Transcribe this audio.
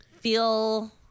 feel